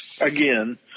Again